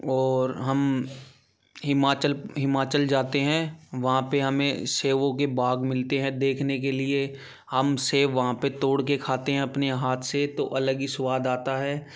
और हम हिमाचल हिमाचल जाते हैं वहाँ पर हमें सेबों के बाग मिलते हैं देखने के लिए हम सेब वहाँ पर तोड़कर खाते हैं अपने हाथ से तो अलग ही स्वाद आता है